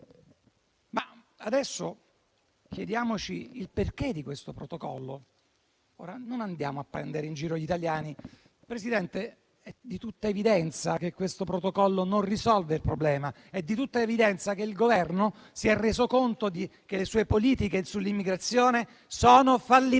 Ora però chiediamoci il perché di questo Protocollo e non andiamo a prendere in giro gli italiani. Signor Presidente, è di tutta evidenza che questo Protocollo non risolve il problema e che il Governo si è reso conto che le sue politiche sull'immigrazione sono fallimentari.